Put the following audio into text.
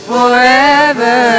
Forever